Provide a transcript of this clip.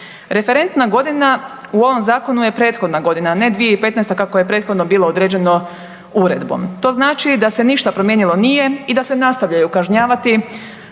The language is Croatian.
Referentna godina u ovom zakonu je prethodna godina, a ne 2015. kako je prethodno bilo određeno uredbom. To znači da se ništa promijenilo nije i da se nastavljaju kažnjavati